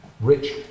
rich